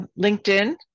LinkedIn